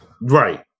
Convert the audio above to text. right